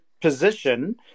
position